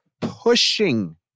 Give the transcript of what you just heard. pushing